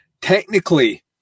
technically